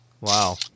wow